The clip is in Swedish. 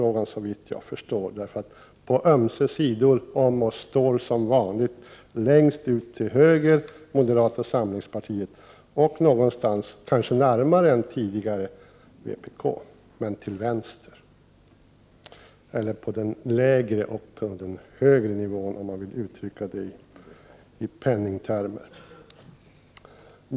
På ömse sidor om oss står, som vanligt, moderata samlingspartiet längst ut till höger och till vänster om oss, kanske något närmare än tidigare, finns vpk — eller på en högre resp. lägre nivå, om man vill uttrycka det i pengar.